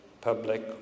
public